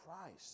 Christ